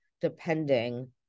depending